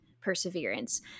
perseverance